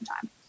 time